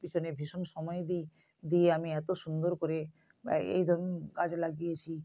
পিছনে ভীষণ সময় দিই দিয়ে আমি এত সুন্দর করে এই ধরুন গাছ লাগিয়েছি